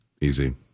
Easy